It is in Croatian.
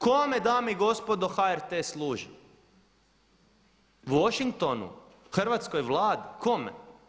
Kome dame i gospodo HRT služi, Washingtonu, hrvatskoj Vladi, kome?